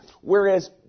whereas